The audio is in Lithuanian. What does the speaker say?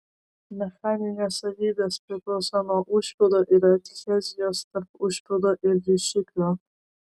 mechaninės savybės priklauso nuo užpildo ir adhezijos tarp užpildo ir rišiklio